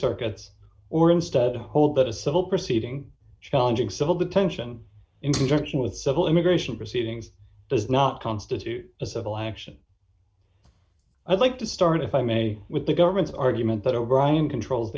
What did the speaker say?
circuits or instead hold that a civil proceeding challenging civil detention in conjunction with civil immigration proceedings does not constitute a civil action i'd like to start if i may with the government's argument that o'brien controls